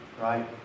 right